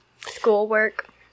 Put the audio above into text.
Schoolwork